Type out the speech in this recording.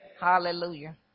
Hallelujah